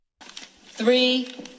Three